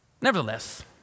Nevertheless